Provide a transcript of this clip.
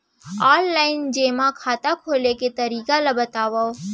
Online जेमा खाता खोले के तरीका ल बतावव?